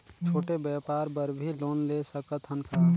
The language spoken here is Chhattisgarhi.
छोटे व्यापार बर भी लोन ले सकत हन का?